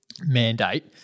mandate